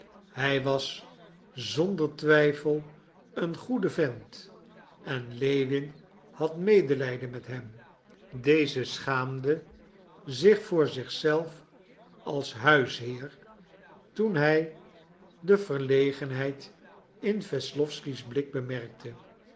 hij was zonder twijfel een goede vent en lewin had medelijden met hem deze schaamde zich voor zich zelf als huisheer toen hij de verlegenheid in wesslowsky's blik bemerkte